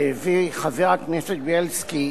שהביא חבר כנסת בילסקי